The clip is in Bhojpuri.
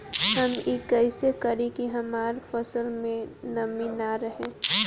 हम ई कइसे करी की हमार फसल में नमी ना रहे?